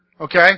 Okay